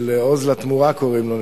"עוז לתמורה" קוראים לו,